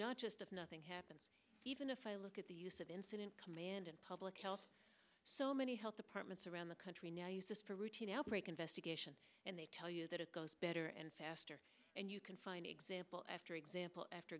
not just if nothing happens even if i look at the use of incident command and public health so many health departments around the country now use this to routine outbreak investigations and they tell you that it goes better and faster and you can find example after example after